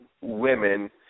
women